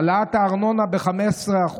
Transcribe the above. העלאת הארנונה ב-15%,